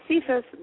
Cephas